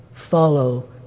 follow